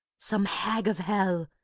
some hag of hell,